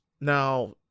Now